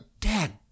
Dad